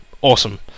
awesome